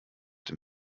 dem